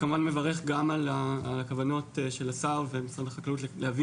כמובן מברך גם על הכוונות של השר ומשרד החקלאות להביא